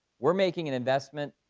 we're making an investment,